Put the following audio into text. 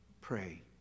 Pray